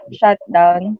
shutdown